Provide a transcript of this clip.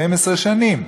12 שנים.